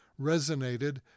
resonated